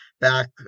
back